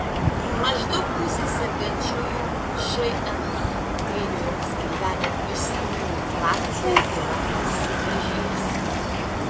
maždaug pusės sergančiųjų šn kairiojo skilvelio išstūmimo frakcija yra sumažėjusi